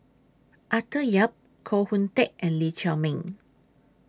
Arthur Yap Koh Hoon Teck and Lee Chiaw Meng